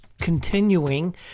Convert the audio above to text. continuing